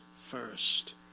first